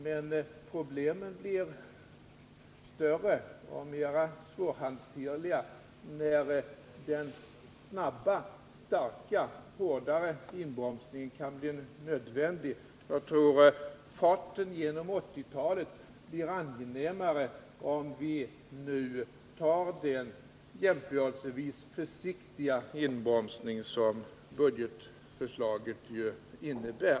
Men problemen blir större och mera svårhanterliga när den snabba, hårdare inbromsningen kan bli nödvändig. Jag tror att farten genom 1980-talet blir behagligare om vi nu tar den jämförelsevis försiktiga inbromsning som budgetförslaget innebär.